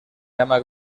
llama